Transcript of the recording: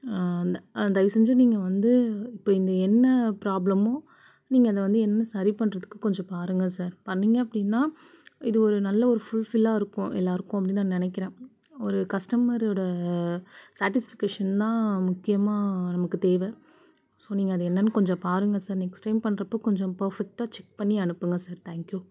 தயவு செஞ்சு நீங்கள் வந்து இப்போ இந்த என்ன ப்ராப்ளமோ நீங்கள் அதை வந்து என்ன சரி பண்றதுக்கு கொஞ்சம் பாருங்க சார் பண்ணீங்க அப்படின்னா இது ஒரு நல்ல ஒரு ஃபுல்ஃபில்லாக இருக்கும் எல்லோருக்கும் அப்படின்னு நான் நினைக்கிறேன் ஒரு கஸ்டமரோடய சாட்டிஸ்ஃபிகேஷன் தான் முக்கியமாக நமக்கு தேவை ஸோ நீங்கள் அதை என்னென்னு கொஞ்சம் பாருங்கள் சார் நெக்ஸ்ட் டைம் பண்றப்போது கொஞ்சம் பர்ஃபெக்டாக செக் பண்ணி அனுப்புங்க சார் தேங்க் யூ